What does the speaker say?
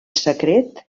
secret